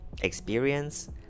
experience